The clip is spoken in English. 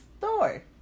Thor